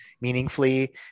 meaningfully